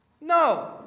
No